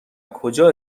کجا